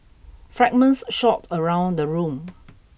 fragments shot around the room